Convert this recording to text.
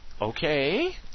Okay